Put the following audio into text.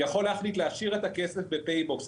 יכול להחליט להשאיר את הכסף ב"פייבוקס"